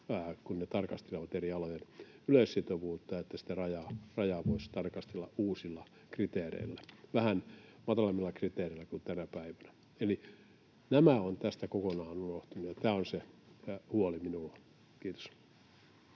kun ne tarkastelevat eri alojen yleissitovuutta, niin että sitä rajaa voisi tarkastella uusilla kriteereillä, vähän matalammilla kriteereillä kuin tänä päivänä. Eli nämä ovat tästä kokonaan unohtuneet, ja tämä on se huoli minulla. — Kiitos.